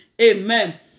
Amen